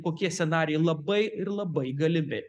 kokie scenarijai labai ir labai galimi